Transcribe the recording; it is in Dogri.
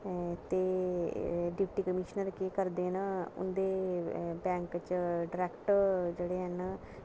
ते डिप्टी कमीश्नर केह् करदे न उंदे बैंक च डिरेक्ट जेह्ड़े हैन न